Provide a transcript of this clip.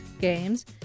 games